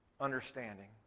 understanding